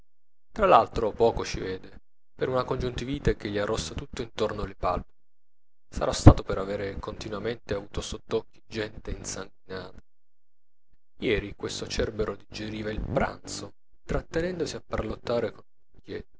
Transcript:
tra l'altro poco ci vede per una congiuntivite che gli arrossa tutto intorno le palpebre sarà stato per aver continuamente avuto sott'occhi gente insanguinata ieri questo cerbero digeriva il pranzo trattenendosi a parlottare